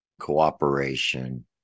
cooperation